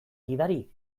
gidari